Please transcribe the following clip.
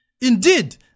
Indeed